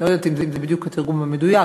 לא יודעת אם זה בדיוק התרגום המדויק,